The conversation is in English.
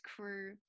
crew